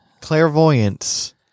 Clairvoyance